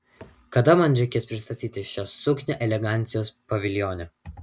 kada man reikės pristatyti šią suknią elegancijos paviljone